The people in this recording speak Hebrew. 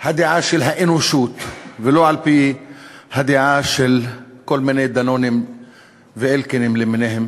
הדעה של האנושות ולא על-פי הדעה של כל מיני דנונים ואלקינים למיניהם